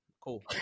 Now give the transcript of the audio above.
Cool